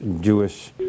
Jewish